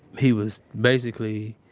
he was, basically,